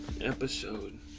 episode